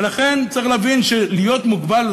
ולכן צריך להבין שלהיות מוגבל,